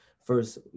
first